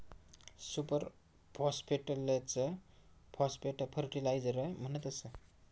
super फास्फेटलेच phosphate fertiliser म्हणतस